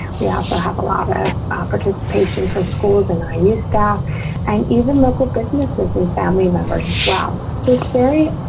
we also have a lot of ah participation for schools and i use that and even local businesses and family members as well. so it's very